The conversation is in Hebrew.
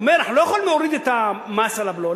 אומר: אנחנו לא יכולים להוריד את המס על הבלו,